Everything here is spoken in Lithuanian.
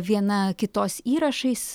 viena kitos įrašais